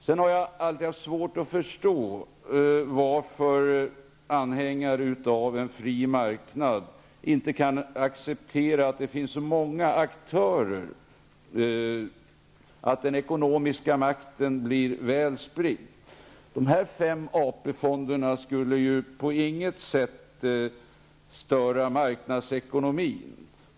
Jag har vidare alltid haft svårt att förstå varför anhängare av en fri marknad inte kan acceptera att det finns så många aktörer att den ekonomiska makten blir väl spridd. De fem AP-fonderna skall ju på inget sätt störa marknadsekonomin.